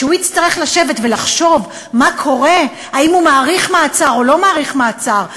כשהוא יצטרך לשבת ולחשוב מה קורה אם הוא מאריך מעצר או לא מאריך מעצר,